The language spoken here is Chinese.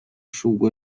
十五